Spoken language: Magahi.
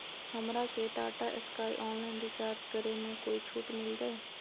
हमरा के टाटा स्काई ऑनलाइन रिचार्ज करे में कोई छूट मिलतई